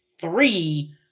three